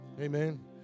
Amen